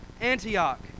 Antioch